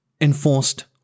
enforced